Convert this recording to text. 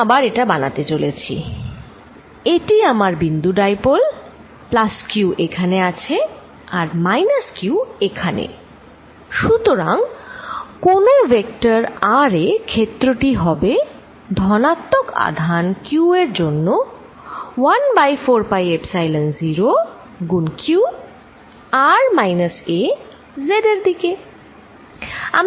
আমি আবার এটা বানাতে চলেছি এটি আমার বিন্দু ডাইপোল প্লাস q এখানে আছে আর মাইনাস q এখানেসুতরাং কোনো ভেক্টর r এ ক্ষেত্রটি হবে ধনাত্মক আধান q এর জন্যে 1 বাই 4 পাই এপসাইলন 0 গুন q r minus a z এর দিকে